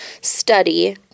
study